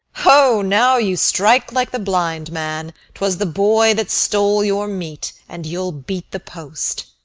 ho! now you strike like the blind man twas the boy that stole your meat, and you'll beat the post.